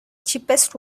cheapest